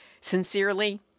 Sincerely